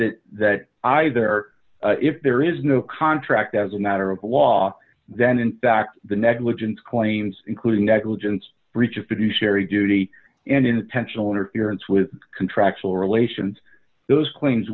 that that either if there is no contract as a matter of law then in fact the negligence claims including negligence breach of fiduciary duty and intentional interference with contractual relations those claims